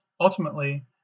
ultimately